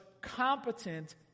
competent